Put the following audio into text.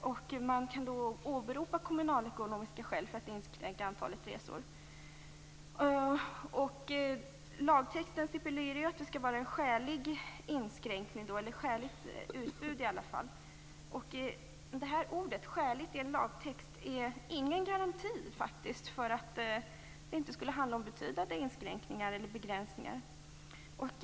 Kommunen kan alltså åberopa kommunalekonomiska skäl för att inskränka antalet resor. Lagtexten stipulerar att det skall finnas ett skäligt utbud. Ordet "skäligt" i en lagtext är ingen garanti för att det inte skulle kunna ske betydande inskränkningar eller begränsningar.